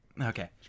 Okay